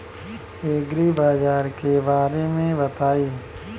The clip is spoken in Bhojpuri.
एग्रीबाजार के बारे में बताई?